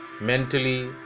mentally